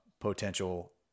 potential